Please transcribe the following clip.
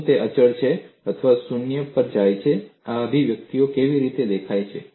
શું તે અચળ છે અથવા શૂન્ય પર જાય છે આ અભિવ્યક્તિઓ કેવી રીતે દેખાય છે